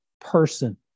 person